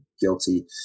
guilty